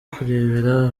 kurebera